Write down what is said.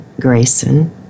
Grayson